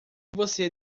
você